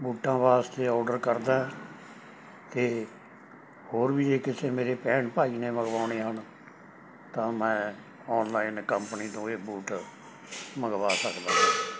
ਬੂਟਾਂ ਵਾਸਤੇ ਔਡਰ ਕਰਦਾ ਅਤੇ ਹੋਰ ਵੀ ਇਹ ਕਿਸੇ ਮੇਰੇ ਭੈਣ ਭਾਈ ਨੇ ਮੰਗਵਾਉਣੇ ਹਨ ਤਾਂ ਮੈਂ ਔਨਲਾਈਨ ਕੰਪਨੀ ਤੋਂ ਇਹ ਬੂਟ ਮੰਗਵਾ ਸਕਦਾ